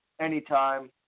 anytime